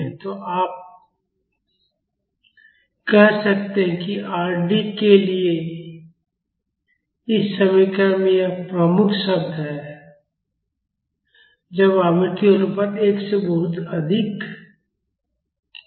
तो आप कह सकते हैं कि Rd के लिए इस समीकरण में यह प्रमुख शब्द है जब आवृत्ति अनुपात 1 से बहुत अधिक है